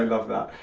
and love that.